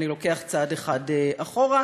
אני לוקח צעד אחד אחורה,